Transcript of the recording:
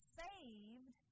saved